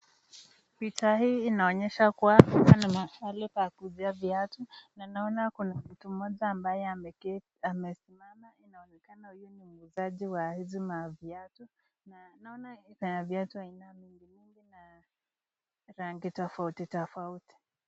Picha hii inaonyesha kuwa hapa ni mahali pa kuuza viatu nanaona kuna mtu moja ambaye amesimama, inaonekana huyu ni muuzaji wa hizi maviatu, na ninaona viatu vya aina mingi mingi na rangi tofauti tofauti.